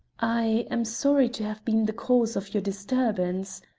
i am sorry to have been cause of your disturbance,